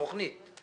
תוכנית.